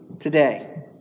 today